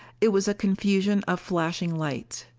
it was a confusion of flashing lights.